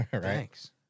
Thanks